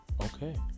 Okay